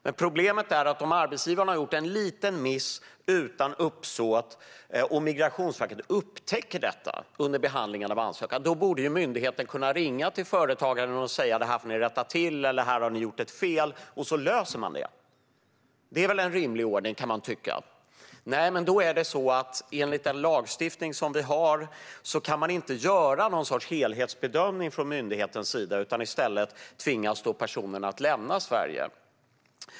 Men om arbetsgivaren har gjort en liten miss utan uppsåt och Migrationsverket upptäcker detta under behandlingen av ansökan borde myndigheten kunna ringa till företagaren och säga att de får rätta till det hela eller att de har gjort ett fel för att sedan lösa problemet. Man kan tycka att det vore en rimlig ordning. Enligt den lagstiftning vi har kan dock myndigheten inte göra en helhetsbedömning. I stället tvingas personen i fråga att lämna Sverige.